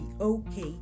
okay